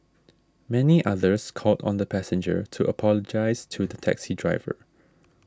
many others called on the passenger to apologise to the taxi driver